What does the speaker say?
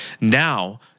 Now